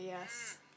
yes